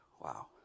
wow